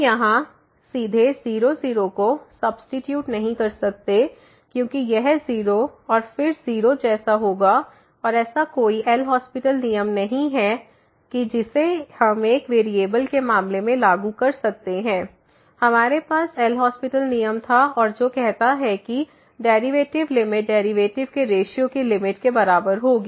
हम यहां सीधे 0 0 को सब्सीट्यूट नहीं कर सकते क्योंकि यह 0 और फिर 0 जैसा होगा और ऐसा कोई एल हास्पिटल LHospital नियम नहीं है जिसे हम एक वेरिएबल के मामले में लागू कर सकते हैं हमारे पास एल हास्पिटल LHospital नियम था और जो कहता है कि डेरिवेटिव लिमिट डेरिवेटिव के रेश्यो की लिमिट के बराबर होगी